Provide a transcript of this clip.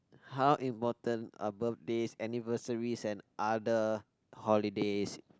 how important are birthday anniversaries and other holidays